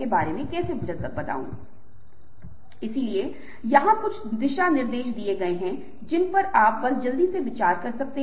मध्यकालीन यूरोप में ग्लास बनाना और बोतल बनाना बहुत महत्वपूर्ण था पानी बोतल के अंदर समाहित है